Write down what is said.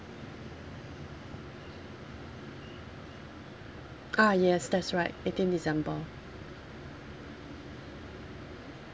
ah yes that's right eighteen december